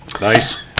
Nice